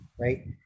Right